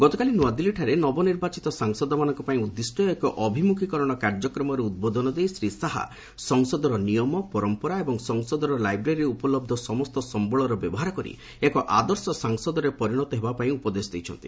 ଗତକାଲି ନୂଆଦିଲ୍ଲୀଠାରେ ନବନିର୍ବାଚିତ ସାଂସଦମାନଙ୍କ ପାଇଁ ଉଦ୍ଦିଷ୍ଟ ଏକ ଅଭିମୁଖୀକରଣ କାର୍ଯ୍ୟକ୍ରମରେ ଉଦ୍ବୋଧନ ଦେଇ ଶ୍ରୀ ଶାହା ସଂସଦର ନିୟମ ପରମ୍ପରା ଏବଂ ସଂସଦର ଲାଇବ୍ରେରୀରେ ଉପଲହ୍ଧ ସମସ୍ତ ସମ୍ଭଳର ବ୍ୟବହାର କରି ଏକ ଆଦର୍ଶ ସାଂସଦରେ ପରିଣତ ହେବା ପାଇଁ ଉପଦେଶ ଦେଇଛନ୍ତି